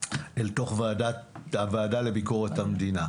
אל תוך הוועדה לביקורת המדינה.